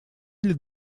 для